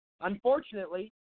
Unfortunately